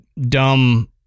dumb